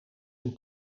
een